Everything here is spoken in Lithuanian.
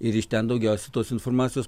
ir iš ten daugiausiai tos informacijos